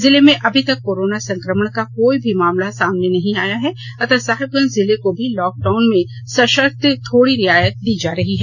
जिले में अभी तक कोरोना संक्रमण का कोई भी मामला सामने नहीं आया है अतः साहिबगंज जिले को भी लॉक डाउन में सशर्त थोड़ी रियायत दी जा रही है